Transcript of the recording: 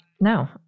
No